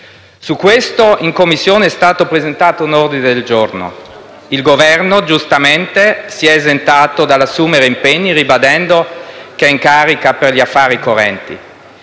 Su questo, in Commissione, è stato presentato un ordine del giorno e il Governo, giustamente, si è esentato dall'assumere impegni, ribadendo che è in carica per gli affari correnti.